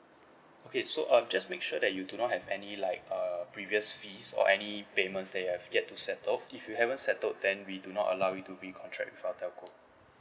okay so uh just make sure that you do not have any like err previous fees or any payments that you have yet to settle if you haven't settled then we do not allow you to recontract with our telco